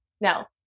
Now